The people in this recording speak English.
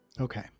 Okay